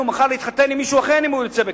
מחר להתחתן עם מישהו אחר אם הוא ירצה בכך.